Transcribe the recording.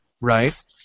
right